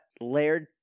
layered